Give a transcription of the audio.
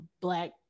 black